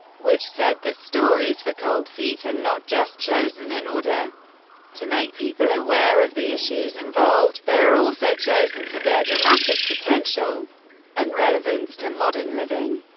which said that stories for cold feet are not just chosen in order to make people aware of the issues involved they're also chosen for their dramatic potential and relevance to modern living.